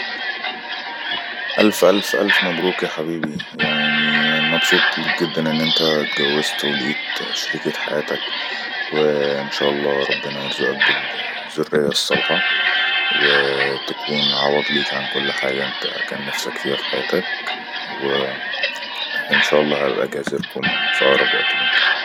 ألف ألف ألف مبروك يا حبيبي يعني مبسوط لك جداً أن أنت تجوزت ولئيت شريكة حياتك وإن شاء الله ربنا يرزأك بالزرية الصلحة وتكون عوض لك عن كل حاجة أنت كان فيها في حياتك وإن شاء الله أبقى جاي ازركم فأأرب وقت ممكن